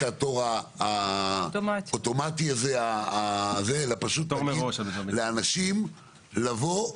התור האוטומטי הזה ולהגיד לאנשים לבוא.